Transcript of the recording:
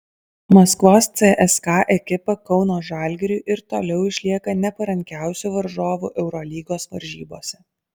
maskvos cska ekipa kauno žalgiriui ir toliau išlieka neparankiausiu varžovu eurolygos varžybose